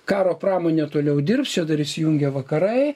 karo pramonė toliau dirbs čia dar įsijungia vakarai